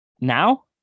now